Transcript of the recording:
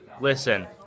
listen